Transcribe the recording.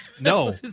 no